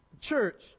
church